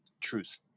truth